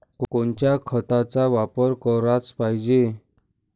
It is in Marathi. कोनच्या खताचा वापर कराच पायजे?